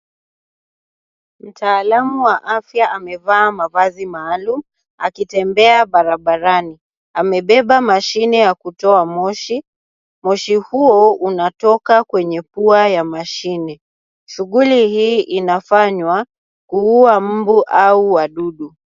Mtaalamu wa afya amevaa mavazi maalum akitembea barabarani, amebeba mashine ya kutoa moshi, moshi huo, unatoka kwenye pua ya mashine. Shughuli hii inafanywa, kuua mbu au wadudu.